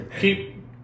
keep